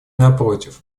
напротив